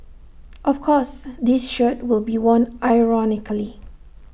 of course this shirt will be worn ironically